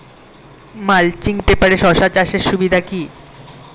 Mulching পেপারে শসা চাষের সুবিধা কি?